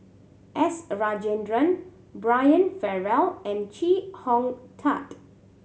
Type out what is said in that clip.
S Rajendran Brian Farrell and Chee Hong Tat